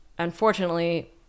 unfortunately